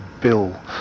bill